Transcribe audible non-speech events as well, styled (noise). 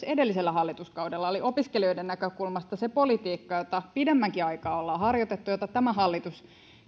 (unintelligible) edellisellä hallituskaudella eli opiskelijoiden näkökulmasta se politiikka jota pidemmänkin aikaa ollaan harjoitettu ja jota tämä hallitus